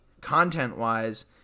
content-wise